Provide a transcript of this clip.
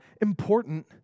important